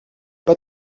pas